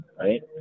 right